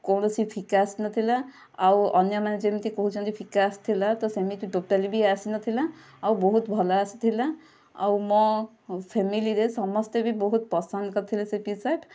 କୌଣସି ଫିକା ଆସି ନ ଥିଲା ଆଉ ଅନ୍ୟମାନେ ଯେମିତି କହୁଛନ୍ତି ଫିକା ଆସିଥିଲା ତ ସେମିତି ଟୋଟାଲ୍ ବି ଆସିନଥିଲା ଆଉ ବହୁତ ଭଲ ଆସିଥିଲା ଆଉ ମୋ ଫ୍ୟାମିଲିରେ ବହୁତ ସବୁ ପସନ୍ଦ କରିଥିଲେ ସେ ଟିସାର୍ଟ